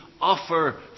offer